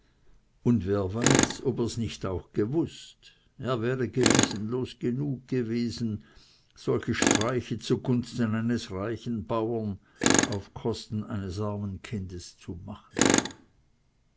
und wer weiß ob er's nicht auch gewußt er wäre gewissenlos genug gewesen solche streiche zu gunsten eines reichen bauern auf kosten eines armen kindes zu machen